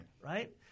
right